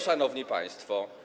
Szanowni Państwo!